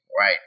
right